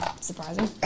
surprising